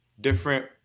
different